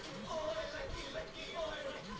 चैत महीना में कवन फशल बोए के चाही?